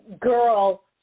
girl